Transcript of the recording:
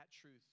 truth